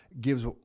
gives